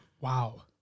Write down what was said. Wow